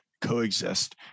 coexist